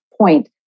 point